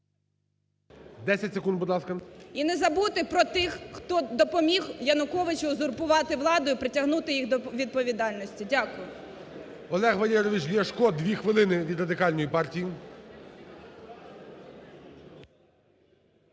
10 секунд, будь ласка. СОТНИК О.С. І не забути про тих, хто допоміг Януковичу узурпувати владу і притягнути їх до відповідальності. Дякую. ГОЛОВУЮЧИЙ. Олег Валерійович Ляшко, дві хвилини, від Радикальної партії.